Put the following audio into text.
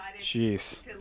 jeez